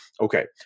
Okay